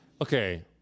okay